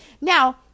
Now